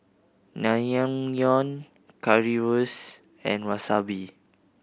Naengmyeon Currywurst and Wasabi